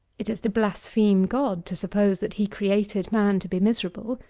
it is to blaspheme god to suppose, that he created man to be miserable,